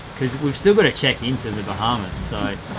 because we've still gotta check into the bahamas, so.